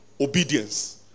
obedience